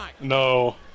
No